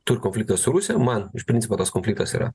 turi konfliktą su rusiją man iš principo tas konfliktas yra